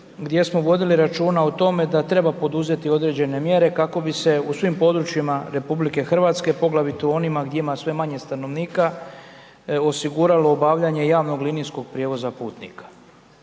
gdje smo vodili računa o tome, da treba poduzeti određene mjere, kako bi se u svim područjima RH poglavito u onima gdje ima sve manje stanovnika, osiguralo obavljanje javnog linijskog prijevoza putnika.